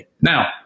Now